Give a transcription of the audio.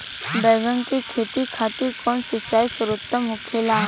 बैगन के खेती खातिर कवन सिचाई सर्वोतम होखेला?